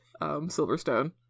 Silverstone